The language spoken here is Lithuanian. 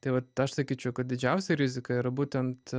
tai vat aš sakyčiau kad didžiausia rizika yra būtent